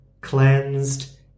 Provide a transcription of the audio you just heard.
cleansed